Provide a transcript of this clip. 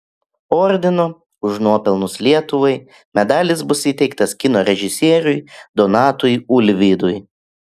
ordino už nuopelnus lietuvai medalis bus įteiktas kino režisieriui donatui ulvydui